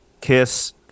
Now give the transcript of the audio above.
Kiss